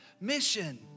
mission